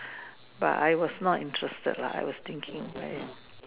but I was not interested it I was thinking again